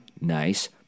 Nice